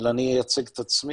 אלא אני אייצג את עצמי.